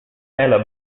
elim